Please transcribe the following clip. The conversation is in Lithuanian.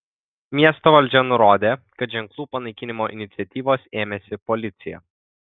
miesto valdžia nurodė kad ženklų panaikinimo iniciatyvos ėmėsi policija